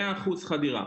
חדירה.